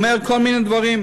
הוא אומר כל מיני דברים.